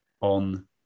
on